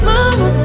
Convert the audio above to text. Mama